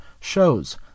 shows